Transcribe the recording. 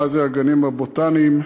מה זה הגנים הבוטניים,